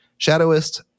Shadowist